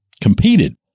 Competed